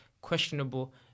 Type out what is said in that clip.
questionable